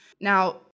Now